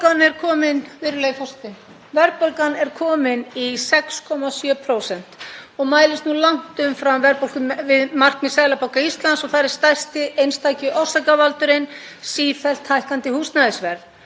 Verðbólgan er komin í 6,7% og mælist nú langt umfram verðbólgumarkmið Seðlabanka Íslands og þar er stærsti einstaki orsakavaldurinn sífellt hækkandi húsnæðisverð.